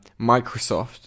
Microsoft